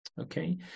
okay